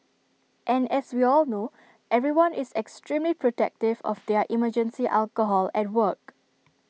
and as we all know everyone is extremely protective of their emergency alcohol at work